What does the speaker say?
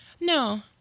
no